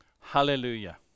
Hallelujah